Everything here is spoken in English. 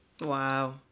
Wow